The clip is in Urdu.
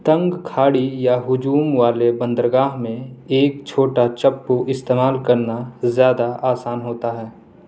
تنگ کھاڑی یا ہجوم والے بندرگاہ میں ایک چھوٹا چپو استعمال کرنا زیادہ آسان ہوتا ہے